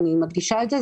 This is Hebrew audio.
אני מדגישה את זה,